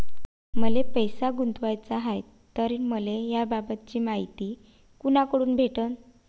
मले पैसा गुंतवाचा हाय तर मले याबाबतीची मायती कुनाकडून भेटन?